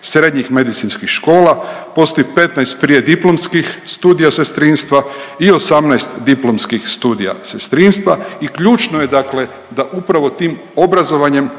srednjih medicinskih škola, postoji 15 prijediplomskih studija sestrinstva i 18 diplomskih studija sestrinstva i ključno je dakle da upravo tim obrazovanjem